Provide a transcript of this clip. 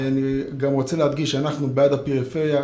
אני רוצה להדגיש שאנחנו בעד הפריפריה,